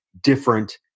different